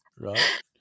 right